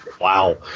Wow